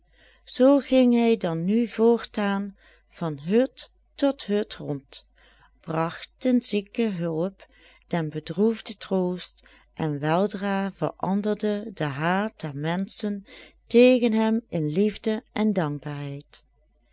zoo ging hij dan nu voortaan van hut tot hut rond bragt den zieken hulp den bedroefden troost en weldra veranderde de haat der menschen tegen hem in liefde en dankbaarheid